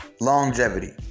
longevity